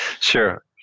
sure